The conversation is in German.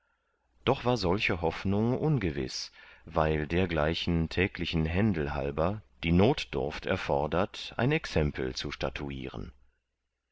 doch war solche hoffnung ungewiß weil dergleichen täglichen händel halber die notdurft erfodert ein exempel zu statuieren